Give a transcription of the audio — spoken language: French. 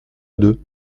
deux